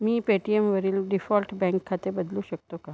मी पेटीएमवरील default bank खाते बदलू शकतो का